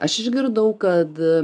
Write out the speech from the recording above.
aš išgirdau kad